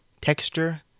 Texture